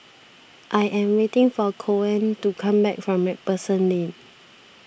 I am waiting for Coen to come back from MacPherson Lane